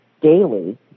Daily